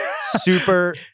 Super